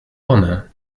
one